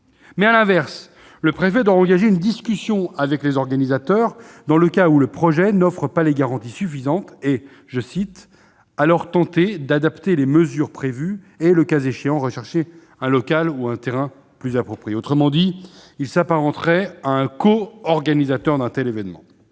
À l'inverse, le préfet doit engager une discussion avec les organisateurs dans le cas où le projet n'offre pas les garanties suffisantes et « alors tenter d'adapter les mesures prévues et, le cas échéant, rechercher un local ou un terrain plus approprié ». Autrement dit, le préfet s'apparente à un co-organisateur de l'événement.